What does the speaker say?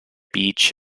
beach